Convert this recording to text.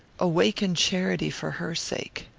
awaken charity for her sake.